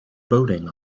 boating